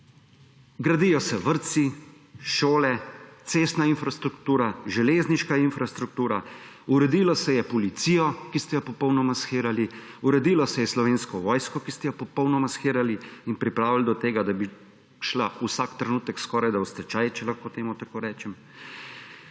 gradijo se vrtci, šole, cestna infrastruktura, železniška infrastruktura, uredilo se je Policijo, ki ste jo popolnoma shirali, uredilo se je Slovensko vojsko, ki ste je popolnoma shirali in pripravili do tega, da bi šla vsak trenutek skorajda v stečaj, če lahko temu tako rečem.